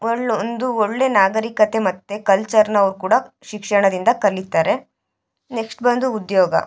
ಒಳ್ಳೆ ಒಂದು ಒಳ್ಳೆ ನಾಗರಿಕತೆ ಮತ್ತು ಕಲ್ಚರ್ನ ಅವ್ರು ಕೂಡ ಶಿಕ್ಷಣದಿಂದ ಕಲಿತಾರೆ ನೆಕ್ಷ್ಟ್ ಬಂದು ಉದ್ಯೋಗ